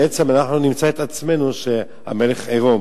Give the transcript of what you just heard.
בעצם נמצא את עצמנו שהמלך עירום,